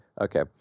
Okay